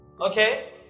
Okay